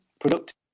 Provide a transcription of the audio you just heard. productive